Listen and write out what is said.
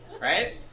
Right